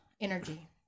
Energy